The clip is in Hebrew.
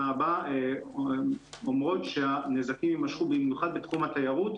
הבאה אומרות שנזקים ימשכו בעיקר בתחום התיירות.